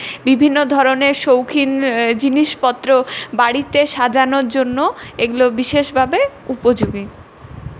বিভিন্ন ধরনের শৌখিন জিনিসপত্র বাড়িতে সাজানোর জন্যও এগুলো বিশেষভাবে উপযোগী